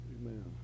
Amen